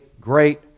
great